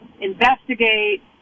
investigate